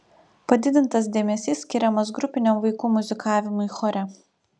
padidintas dėmesys skiriamas grupiniam vaikų muzikavimui chore